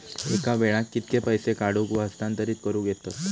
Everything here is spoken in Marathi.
एका वेळाक कित्के पैसे काढूक व हस्तांतरित करूक येतत?